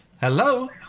Hello